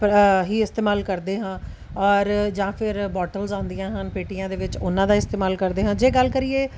ਹੀ ਇਸਤੇਮਾਲ ਕਰਦੇ ਹਾਂ ਔਰ ਜਾਂ ਫਿਰ ਬੋਟਲਸ ਆਉਂਦੀਆਂ ਹਨ ਪੇਟੀਆਂ ਦੇ ਵਿੱਚ ਉਹਨਾਂ ਦਾ ਇਸਤੇਮਾਲ ਕਰਦੇ ਹਾਂ ਜੇ ਗੱਲ ਕਰੀਏ